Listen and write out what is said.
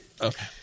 Okay